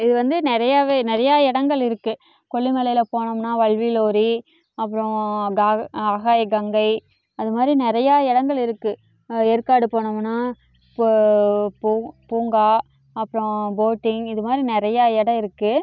இது வந்து நிறையாவே நிறையா இடங்கள் இருக்குது கொல்லிமலையில் போனோம்னா வல்விலோரி அப்புறம் கா ஆகாய கங்கை அது மாதிரி நிறையா இடங்கள் இருக்குது ஏற்காடு போனமுன்னால் ப பூ பூங்கா அப்புறம் போட்டிங் இது மாதிரி நிறையா இடம் இருக்குது